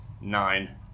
Nine